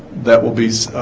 that will be